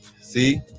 See